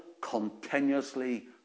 continuously